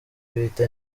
bita